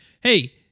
hey